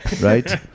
right